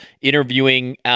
interviewing